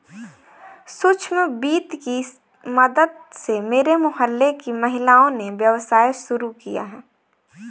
सूक्ष्म वित्त की मदद से मेरे मोहल्ले की महिलाओं ने व्यवसाय शुरू किया है